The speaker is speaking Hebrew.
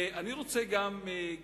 אני רוצה לציין,